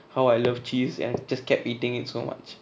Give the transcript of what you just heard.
how I love cheese and just kept eating it so much